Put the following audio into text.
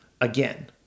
again